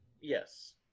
yes